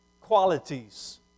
qualities